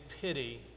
pity